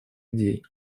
идей